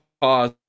pause